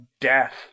death